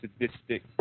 sadistic